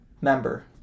member